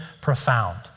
profound